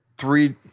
Three